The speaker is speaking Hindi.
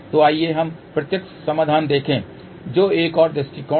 तो आइए हम प्रत्यक्ष समाधान देखें जो एक और दृष्टिकोण है